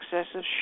excessive